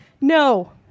No